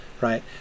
right